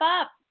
up